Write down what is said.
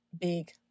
big